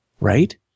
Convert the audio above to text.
right